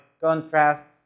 contrast